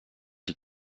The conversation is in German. die